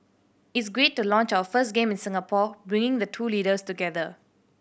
it's great to launch our first game in Singapore bringing the two leaders together